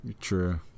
True